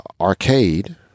Arcade